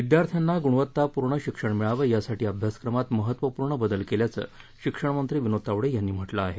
विद्यार्थ्यांना गुणवत्तापूर्ण शिक्षण मिळावं यासाठी अभ्यासक्रमात महत्त्वपूर्ण बदल केल्याचं शिक्षणमंत्री विनोद तावडे यांनी म्हटलं आहे